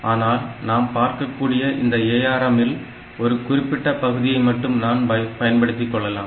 ஆனால் நாம் பார்க்கக்கூடிய இந்த ARM இல் ஒரு குறிப்பிட்ட பகுதியைமட்டும் நாம் பயன்படுத்தி கொள்ளலாம்